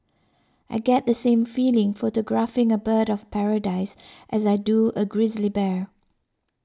I get the same feeling photographing a bird of paradise as I do a grizzly bear